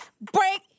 break